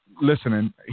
listening